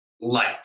light